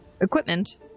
equipment